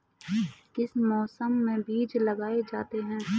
किस मौसम में बीज लगाए जाते हैं?